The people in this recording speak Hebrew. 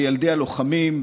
בילדי הלוחמים,